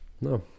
no